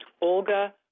Olga